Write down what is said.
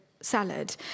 salad